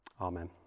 Amen